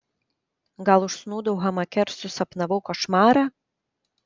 gal užsnūdau hamake ir susapnavau košmarą